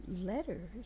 letters